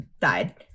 died